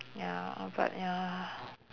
ya but ya